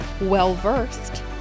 well-versed